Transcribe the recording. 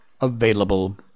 available